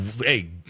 Hey